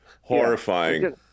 horrifying